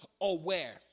aware